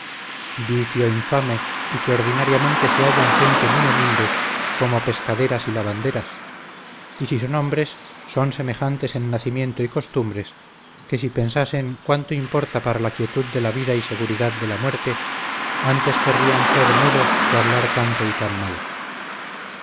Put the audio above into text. vicio infame y que ordinariamente se halla en gente muy humilde como pescaderas y lavanderas y si son hombres son semejantes en nacimiento y costumbres que si pensasen cuánto importa para la quietud de la vida y seguridad de la muerte antes querrían ser mudos que hablar tanto y tan mal